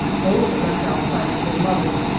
those were left outside with their mothers,